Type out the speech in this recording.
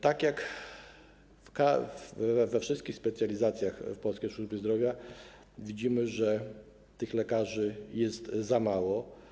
Tak jak we wszystkich specjalizacjach w polskiej służbie zdrowia widzimy, że tych lekarzy jest za mało.